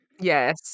yes